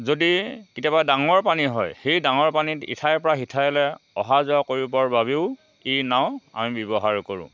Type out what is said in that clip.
যদি কেতিয়াবা ডাঙৰ পানী হয় সেই ডাঙৰ পানীত ইঠাইৰ পৰা সিঠাইলৈ অহা যোৱা কৰিবৰ বাবেও এই নাও আমি ব্যৱহাৰ কৰোঁ